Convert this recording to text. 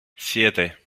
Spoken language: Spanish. siete